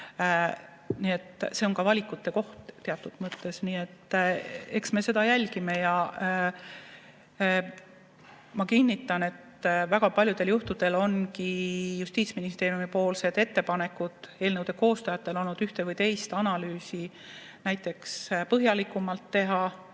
see on ka valikute koht teatud mõttes. Eks me seda jälgime. Ma kinnitan, et väga paljudel juhtudel ongi Justiitsministeeriumi ettepanekud eelnõude koostajatele olnud ühte või teist analüüsi näiteks põhjalikumalt teha.